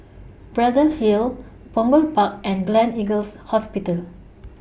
Braddell Hill Punggol Park and Gleneagles Hospital